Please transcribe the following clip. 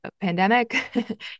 pandemic